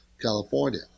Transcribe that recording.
California